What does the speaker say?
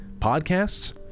podcasts